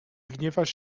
gniewasz